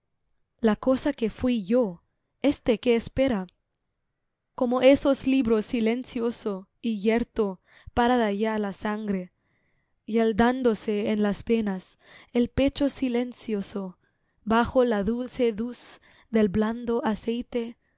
la cosa que fui yo este que espera como esos libros silencioso y yerto parada ya la sangre yeldándose en las venas el pecho silencioso bajo la dulce luz del blando aceite